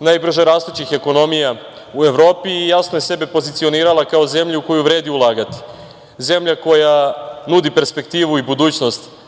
najbrže rastućih ekonomija u Evropi i jasno je sebe pozicionirala kao zemlju u koju vredi ulagati, zemlja koja nudi perspektivu i budućnost